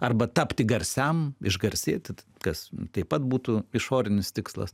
arba tapti garsiam išgarsėti kas taip pat būtų išorinis tikslas